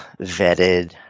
vetted